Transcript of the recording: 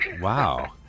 Wow